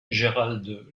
gérald